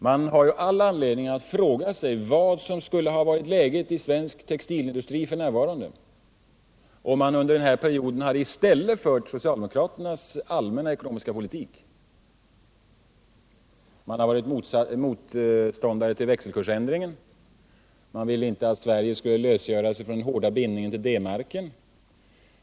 Man har all anledning att fråga sig vad läget skulle ha varit för svensk textilindustri f. n., om vi under denna period i stället fört socialdemokraternas ekonomiska politik. De har varit motståndare till växelkursändringar. De ville inte att Sverige skulle lösgöra sig från den hårda bindningen till D-marken.